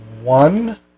one